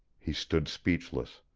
he stood speechless.